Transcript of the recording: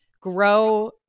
grow